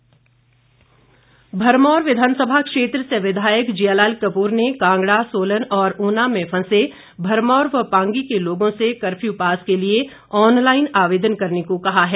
lockdown किसान भरमौर विधानसभा क्षेत्र से विधायक जियालाल कपूर ने कांगड़ा सोलन और ऊना में फंसे भरमौर व पांगी के लोगों से कर्फ्यू पास के लिए ऑनलाईन आवेदन करने को कहा है